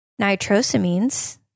Nitrosamines